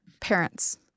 parents